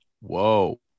Whoa